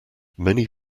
many